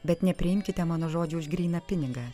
bet nepriimkite mano žodžių už gryną pinigą